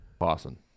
Awesome